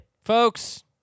Folks